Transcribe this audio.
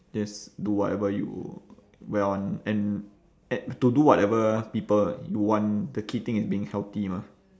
just do whatever you want and and to do whatever people you want the key thing is being healthy mah